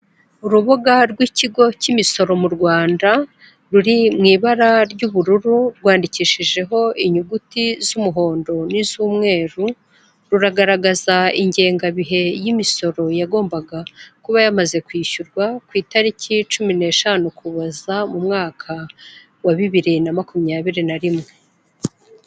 Urubuga rw'ikigo cy'imisoro mu Rwanda ruri mu ibara ry'ubururu, rwandikishijeho inyuguti z'umuhondo n'iz'umweru; ruragaragaza ingengabihe y'imisoro yagombaga kuba yamaze kwishyurwa ku itariki cumi n'eshanu Ukuboza mu mwaka wa bibiri na makumyabiri na rimwe.